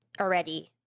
already